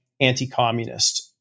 anti-communist